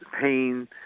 pain